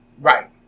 Right